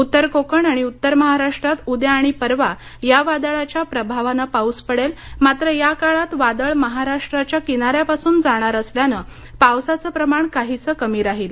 उत्तर कोकण आणि उत्तर महाराष्ट्रात उद्या आणि परवा या वादळाच्या प्रभावानं पाऊस पडेल मात्र या काळात वादळ महाराष्ट्राच्या किनाऱ्यापासून जाणार असल्यानं पावसाचं प्रमाण काहीसं कमी राहील